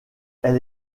elle